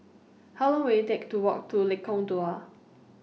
How Long Will IT Take to Walk to Lengkong Dua